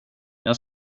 jag